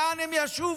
לאן הם ישובו?